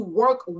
work